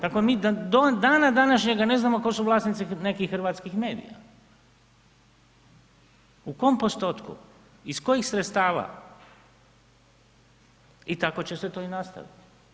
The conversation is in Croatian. Dakle, mi do dana današnjega ne znamo tko su vlasnici nekih hrvatskih medija, u kom postotku, iz kojih sredstava, i tako će se to i nastaviti.